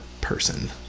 person